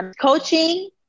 coaching